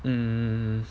mm